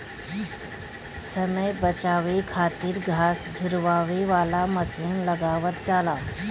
समय बचावे खातिर घास झुरवावे वाला मशीन लगावल जाला